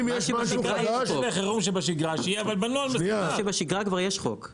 למה שבשגרה כבר יש חוק.